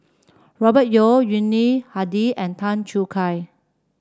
Robert Yeo Yuni Hadi and Tan Choo Kai